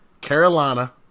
Carolina